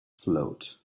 float